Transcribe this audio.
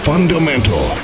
Fundamental